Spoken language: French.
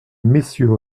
messieurs